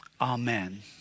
Amen